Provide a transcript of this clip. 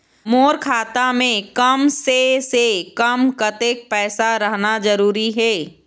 मोर खाता मे कम से से कम कतेक पैसा रहना जरूरी हे?